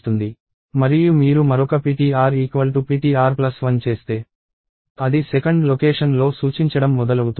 మరియు మీరు మరొక ptr ptr1 చేస్తే అది 2nd లొకేషన్ లో సూచించడం మొదలవుతుంది